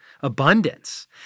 abundance